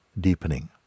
deepening